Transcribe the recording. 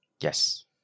Yes